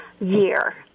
year